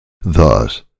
Thus